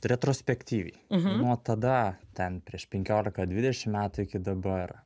retrospektyviai nuo tada ten prieš penkiolika dvidešim metų iki dabar